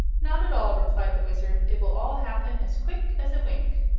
not at all, replied the wizard. it will all happen as quick as a wink.